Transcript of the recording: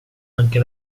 anche